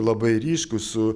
labai ryškūs su